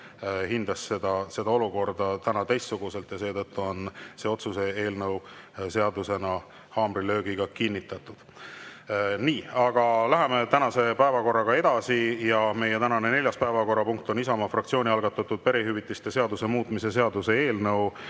hindas seda olukorda täna teistsuguselt ja seetõttu on see otsuse eelnõu otsusena haamrilöögiga kinnitatud. Nii, aga läheme tänase päevakorraga edasi. Meie neljas päevakorrapunkt on Isamaa fraktsiooni algatatud perehüvitiste seaduse muutmise seaduse eelnõu